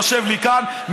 יושב לי כאן,